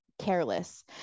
careless